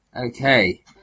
Okay